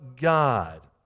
God